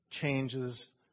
changes